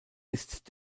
ist